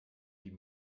die